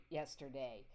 yesterday